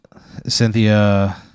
cynthia